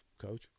coach